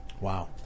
Wow